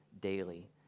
daily